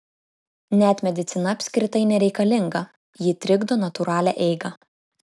net medicina apskritai nereikalinga ji trikdo natūralią eigą